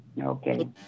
Okay